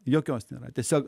jokios nėra tiesiog